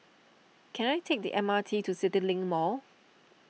can I take the M R T to CityLink Mall